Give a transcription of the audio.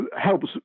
helps